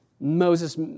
Moses